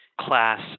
class